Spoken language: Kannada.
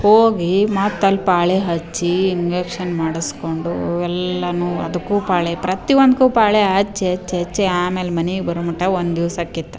ಹೋಗಿ ಮತ್ತೆ ಅಲ್ಲಿ ಪಾಳೆ ಹಚ್ಚಿ ಇಂಗೆಕ್ಷನ್ ಮಾಡಿಸ್ಕೊಂಡೂ ಎಲ್ಲನು ಅದಕ್ಕು ಪಾಳೆ ಪ್ರತಿ ಒಂದಕ್ಕು ಪಾಳೆ ಹಚ್ಚಿ ಹಚ್ಚಿ ಹಚ್ಚಿ ಆಮೇಲೆ ಮನಿಗೆ ಬರೊ ಮಟ್ಟ ಒಂದು ದಿವ್ಸ ಆಗಿತ್ತು